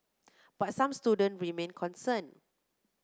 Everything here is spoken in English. but some students remain concerned